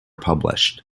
published